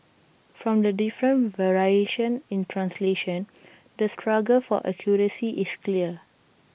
from the different variations in translation the struggle for accuracy is clear